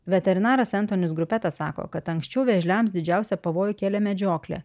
veterinaras entonis grupetas sako kad anksčiau vėžliams didžiausią pavojų kėlė medžioklė